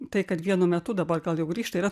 tai kad vienu metu dabar gal jau grįžta yra